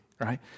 Right